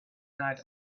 night